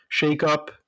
shakeup